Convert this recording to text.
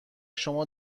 شما